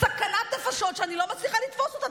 סכנת נפשות שאני לא מצליחה לתפוס אותה.